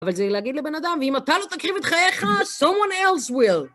אבל זה להגיד לבן אדם, ואם אתה לא תקריב את חייך, Someone else will.